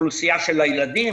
אוכלוסייה של ילדים,